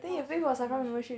oh SAFRA membership